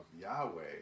Yahweh